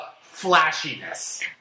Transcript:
flashiness